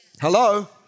Hello